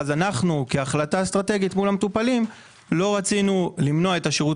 אז אנחנו כהחלטה אסטרטגית מול המטופלים לא רצינו למנוע את השירות